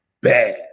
bad